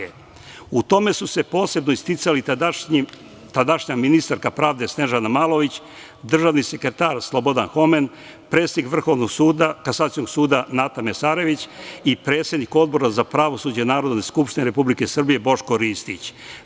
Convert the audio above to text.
U tome su se posebno isticali tadašnja ministarka pravde Snežana Malović, državni sekretar Slobodan Homen, predsednik Vrhovnog kasacionog suda Nata Mesarović i predsednik Odbora za pravosuđe Narodne skupštine Republike Srbije Boško Ristić.